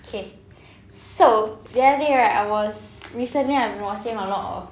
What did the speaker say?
okay so there other day right I was recently I've been watching a lot of